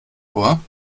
vor